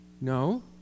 No